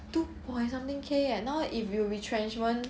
two point something K eh now if you retrenchment